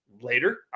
later